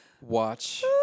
Watch